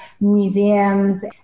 museums